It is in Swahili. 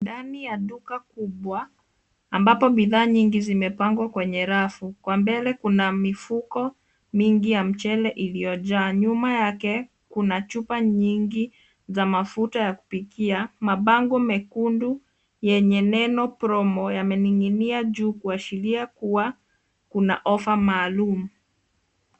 Ndani ya duka kubwa, ambapo bidhaa nyingi zimepangwa kwenye rafu. Kwa mbele kuna mifuko mingi ya mchele iliyojaa. Nyuma yake, kuna chupa nyingi za mafuta ya kupikia. Mabango mekundu yenye neno promo yamening'inia juu kuashiria kuwa, kuna offer maalum.